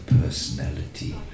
personality